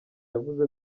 yavuze